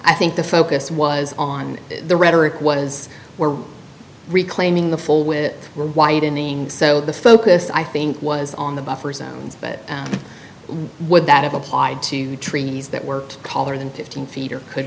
i think the focus was on the rhetoric was we're reclaiming the full with it we're widening so the focus i think was on the buffer zones but would that have applied to treaties that worked color than fifteen feet or could